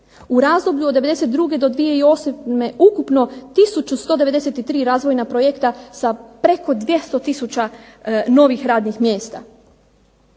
U razdoblju od '92. do 2008. ukupno tisuću 193 razvojna projekta, sa preko 200 tisuća novih radnih mjesta.